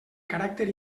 caràcter